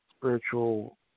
spiritual